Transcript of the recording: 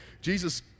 Jesus